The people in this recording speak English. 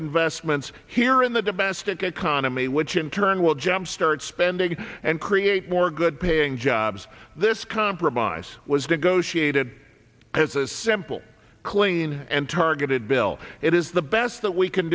investments here in the domestic economy which in turn will jump start spending and create more good paying jobs this compromise was negotiated as a simple clean and targeted bill it is the best that we can